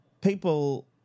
people